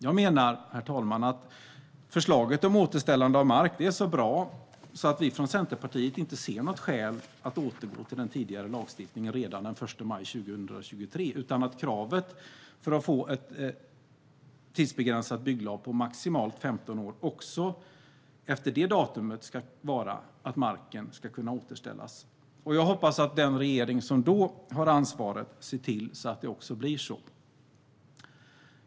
Vi menar, herr talman, att förslaget om återställande av mark är så bra att vi från Centerpartiet inte ser något skäl att återgå till den tidigare lagstiftningen redan den 1 maj 2023, utan att kravet för att få ett tidsbegränsat bygglov på maximalt 15 år också efter det datumet ska vara att marken ska kunna återställas. Jag hoppas att den regering som då har ansvaret ser till att det också blir så.